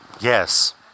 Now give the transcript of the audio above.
Yes